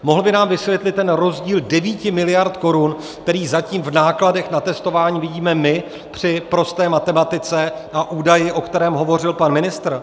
Mohl by nám vysvětlit ten rozdíl 9 miliard korun, který zatím v nákladech na testování vidíme my při prosté matematice, a údajem, o kterém hovořil pan ministr?